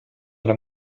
dans